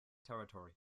territory